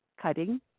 cutting